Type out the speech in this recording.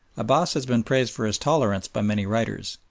abbass has been praised for his tolerance by many writers,